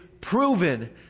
proven